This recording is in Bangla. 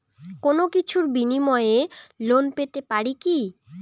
কোনো কিছুর বিনিময়ে লোন পেতে পারি কি?